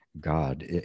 god